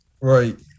Right